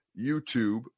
YouTube